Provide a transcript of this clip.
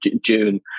June